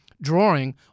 drawing